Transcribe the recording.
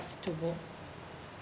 to vote